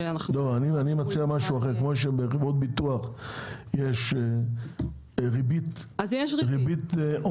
אני מציע משהו אחר: כמו שבחברות ביטוח יש ריבית עונשית